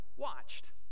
watched